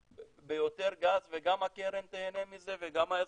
ביותר גז וגם הקרן תיהנה מזה וגם האזרחים.